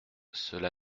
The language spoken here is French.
cela